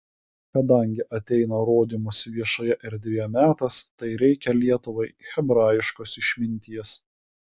kadangi ateina rodymosi viešoje erdvėje metas tai reikia lietuvai hebrajiškos išminties